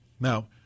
Now